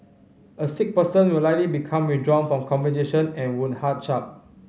a sick person will likely become withdrawn from conversation and would hunch up